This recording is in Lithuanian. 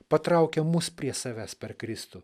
patraukė mus prie savęs per kristų